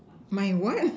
my what